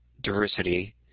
diversity